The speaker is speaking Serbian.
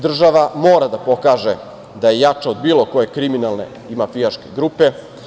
Država mora da pokaže da je jača od bilo koje kriminalne i mafijaške grupe.